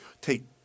take